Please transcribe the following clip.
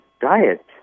diet